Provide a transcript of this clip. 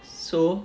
so